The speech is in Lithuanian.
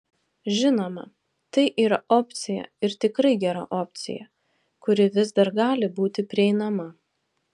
žinoma tai yra opcija ir tikrai gera opcija kuri vis dar gali būti prieinama